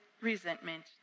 resentment